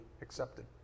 accepted